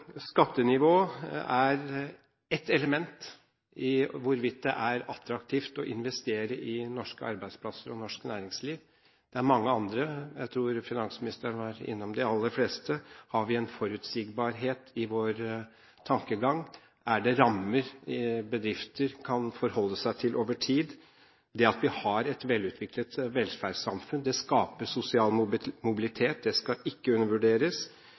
skattenivå er ett element i hvorvidt det er attraktivt å investere i norske arbeidsplasser og norsk næringsliv. Det er mange andre. Jeg tror finansministeren var innom de aller fleste: Har vi en forutsigbarhet i vår tankegang? Er det rammer bedrifter kan forholde seg til over tid? Det at vi har et velutviklet velferdssamfunn skaper sosial mobilitet, og det skal ikke undervurderes.